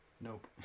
Nope